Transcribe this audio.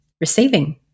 receiving